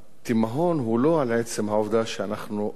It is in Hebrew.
התימהון הוא לא על עצם העובדה שאנחנו,